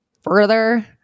further